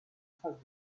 traces